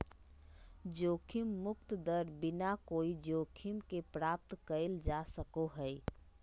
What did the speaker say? जोखिम मुक्त दर बिना कोय जोखिम के प्राप्त कइल जा सको हइ